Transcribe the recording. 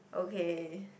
okay